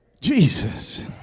Jesus